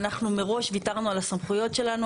ואנחנו מראש ויתרנו על הסמכויות שלנו,